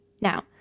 Now